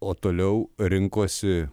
o toliau rinkosi